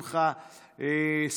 משה אבוטבול,